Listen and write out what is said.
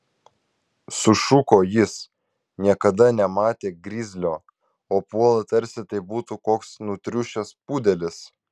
sušuko jis niekada nematė grizlio o puola tarsi tai būtų koks nutriušęs pudelis